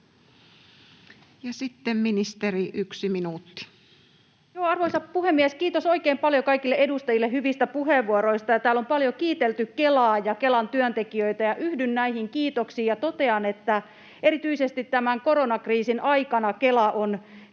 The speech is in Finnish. sitten ministeri, 1 minuutti. Arvoisa puhemies! Kiitos oikein paljon kaikille edustajille hyvistä puheenvuoroista. Täällä on paljon kiitelty Kelaa ja Kelan työntekijöitä. Yhdyn näihin kiitoksiin ja totean, että erityisesti tämän koronakriisin aikana Kela on